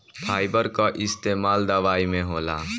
fibre कअ इस्तेमाल दवाई में होला